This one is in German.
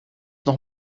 noch